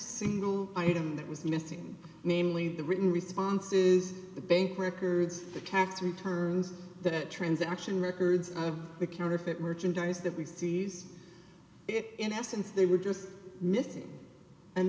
single item that was missing namely the written responses the bank records the tax returns that transaction records of the counterfeit merchandise that we seize it in essence they were just missing and